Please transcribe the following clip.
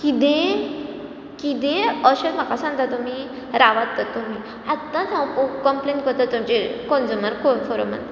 किदें किदें अशें म्हाका सांगता तुमी रावात तर तुमी आतांच हांव कंम्प्लेन करता तुमची कंन्ज्युमर फोरमान